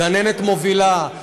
גננת מובילה,